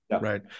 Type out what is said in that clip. right